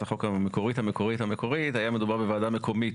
החוק המקורית-המקורית היה מדובר בוועדה מקומית,